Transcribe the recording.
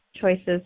Choices